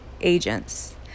agents